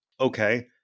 okay